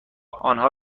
آنها